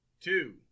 two